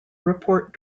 report